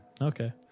Okay